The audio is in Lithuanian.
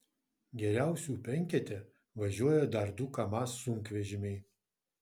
geriausių penkete važiuoja dar du kamaz sunkvežimiai